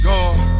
God